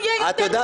גם